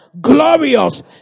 glorious